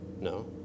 No